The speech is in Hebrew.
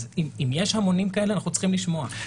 אם יש המונים כאלה אנחנו צריכים לשמוע,